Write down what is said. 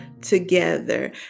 together